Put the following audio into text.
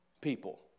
people